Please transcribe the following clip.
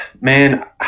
man